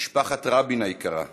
משפחת רבין היקרה: